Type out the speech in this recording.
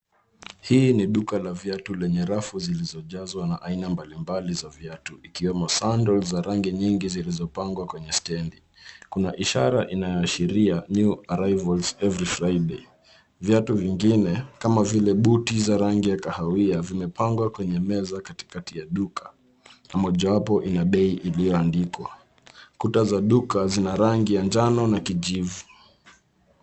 Hii ni duka la viatu lenye rafu zilizojazwa na aina mbalimbali za viatu ikiwemo sandles[cs za rangi nyingi zilizopangwa kwenye stendi. Kuna ishara inayoashiria new arrivals every Friday . Viatu vingine kama vile buti za rangi ya kahawia, vimepangwa kwenye meza katikati ya duka na mojawapo ina bei iliyoandikwa. Kuta za duka zina rangi ya njano na kijivu.